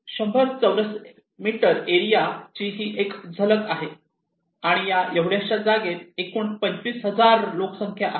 100 चौरस metre area ची ही एक झलक आहे आणि या एवढ्याशा छोट्या जागेत एकूण 25000 लोकसंख्या आहे